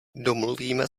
domluvíme